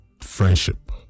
friendship